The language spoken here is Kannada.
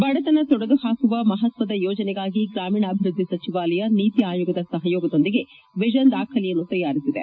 ಬಡತನ ತೊಡೆದುಹಾಕುವ ಮಹತ್ವದ ಯೋಜನೆಗಾಗಿ ಗ್ರಾಮೀಣಾಭಿವೃದ್ಧಿ ಸಚಿವಾಲಯ ನೀತಿ ಆಯೋಗ ಸಹಯೋಗದೊಂದಿಗೆ ವಿಷನ್ ದಾಖಲೆಯನ್ನು ತಯಾರಿಸಿದೆ